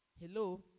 Hello